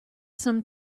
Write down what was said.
some